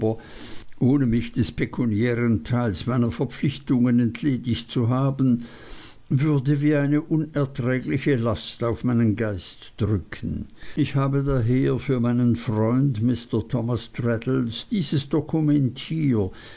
ohne mich des pekuniären teils meiner verpflichtungen entledigt zu haben würde wie eine unerträgliche last auf meinen geist drücken ich habe daher für meinen freund mr thomas traddles dieses dokument